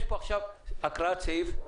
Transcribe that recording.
אנחנו עכשיו מקריאים סעיפים,